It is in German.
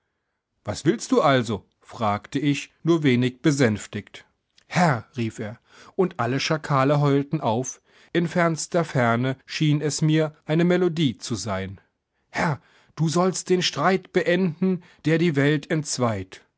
was willst du also fragte ich nur wenig besänftigt herr rief er und alle schakale heulten auf in fernster ferne schien es mir eine melodie zu sein herr du sollst den streit beenden der die welt entzweit